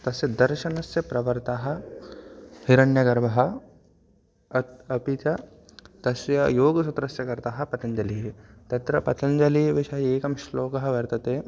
तस्य दर्शनस्य प्रवक्ता हिरण्यगर्भः अ अपि च तस्य योगसूत्रस्य कर्ता पतञ्जलिः तत्र पतञ्जलिविषये एकः श्लोकः वर्तते